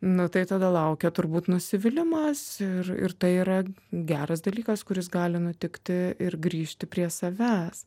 nu tai tada laukia turbūt nusivylimas ir ir tai yra geras dalykas kuris gali nutikti ir grįžti prie savęs